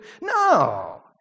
No